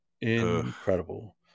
incredible